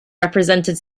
represented